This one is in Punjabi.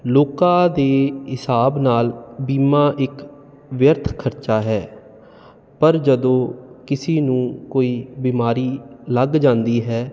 ਲੋਕਾਂ ਦੇ ਹਿਸਾਬ ਨਾਲ ਬੀਮਾ ਇੱਕ ਵਿਅਰਥ ਖਰਚਾ ਹੈ ਪਰ ਜਦੋਂ ਕਿਸੇ ਨੂੰ ਕੋਈ ਬਿਮਾਰੀ ਲੱਗ ਜਾਂਦੀ ਹੈ